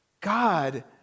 God